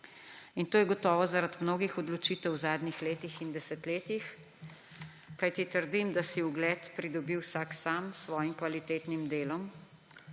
In to je gotovo zaradi mnogih odločitev v zadnjih letih in desetletjih, kajti trdim, da si ugled pridobi vsak sam, s svojim kvalitetnim delom.